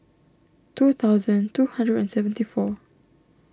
two thousand two hundred and seventy four